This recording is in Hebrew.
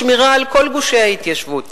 שמירה על כל גושי ההתיישבות,